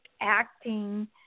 acting